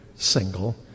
single